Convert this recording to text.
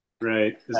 Right